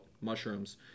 mushrooms